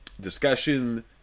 discussion